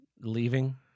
Leaving